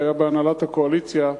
שהיה בהנהלת הקואליציה.